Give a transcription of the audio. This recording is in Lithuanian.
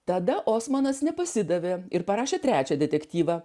tada osmanas nepasidavė ir parašė trečią detektyvą